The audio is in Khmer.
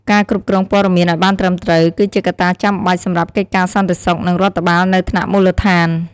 ការគ្រប់គ្រងព័ត៌មានឱ្យបានត្រឹមត្រូវ គឺជាកត្តាចាំបាច់ សម្រាប់កិច្ចការសន្តិសុខ និងរដ្ឋបាលនៅថ្នាក់មូលដ្ឋាន។